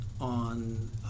on